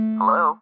Hello